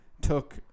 took